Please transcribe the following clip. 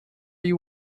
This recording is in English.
you